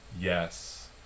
Yes